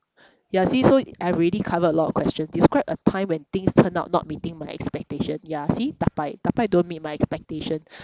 yeah see so I already covered a lot of questions describe a time when things turn out not meeting my expectation yeah see tapai tapai don't meet my expectation